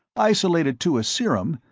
isolated to a serum,